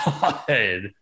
God